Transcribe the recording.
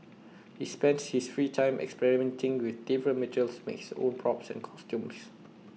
he spends his free time experimenting with different materials makes own props and costumes